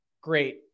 great